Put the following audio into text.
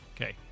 Okay